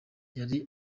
yari